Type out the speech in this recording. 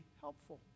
helpful